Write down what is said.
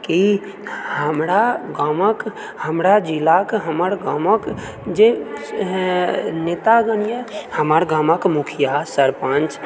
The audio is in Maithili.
की हमरा गामक हमरा जिलाकऽ हमर गामक जे नेतागण यऽ हमर गामक मुखिआ सरपञ्च